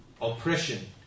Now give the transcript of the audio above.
oppression